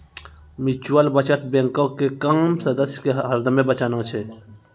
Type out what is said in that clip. mutual बचत बैंको के काम सदस्य के हरदमे बचाना छै